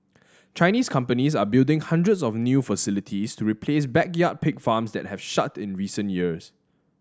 Chinese companies are building hundreds of new facilities to replace backyard pig farms that have shut in recent years